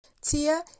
Tia